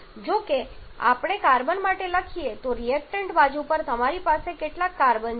તો જો આપણે કાર્બન માટે લખીએ તો રિએક્ટન્ટ બાજુ પર તમારી પાસે કેટલા કાર્બન છે